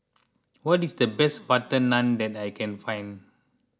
what is the best Butter Naan that I can find